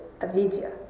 avidya